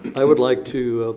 i would like to